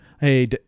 hey